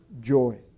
joy